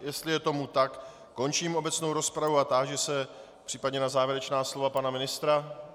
Jestli je tomu tak, končím obecnou rozpravu a táži se případně na závěrečná slova pana ministra.